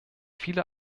viele